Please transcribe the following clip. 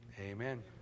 Amen